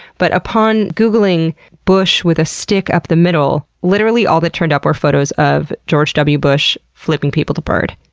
but upon googling bush with a stick up the middle, literally all that turned up were photos of george w. bush flipping people the bird.